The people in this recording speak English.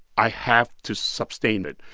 i have to sustain it.